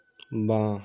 বাঁ